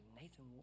Nathan